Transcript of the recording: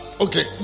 Okay